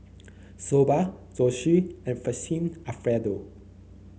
Soba Zosui and Fettuccine Alfredo